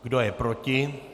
Kdo je proti?